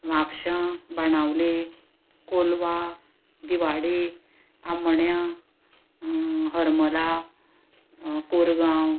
म्हापशां बाणावले कोलवा दिवाडे आमोण्या हरमला कोरगांव